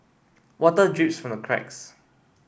water drips from the cracks